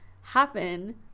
happen